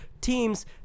teams